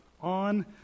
on